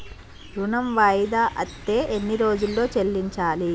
ఋణం వాయిదా అత్తే ఎన్ని రోజుల్లో చెల్లించాలి?